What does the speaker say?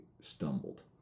stumbled